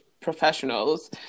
professionals